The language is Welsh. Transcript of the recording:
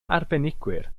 arbenigwyr